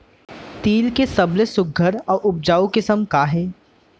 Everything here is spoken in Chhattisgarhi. तिलि के सबले सुघ्घर अऊ उपजाऊ किसिम का हे?